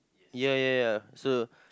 ya ya ya so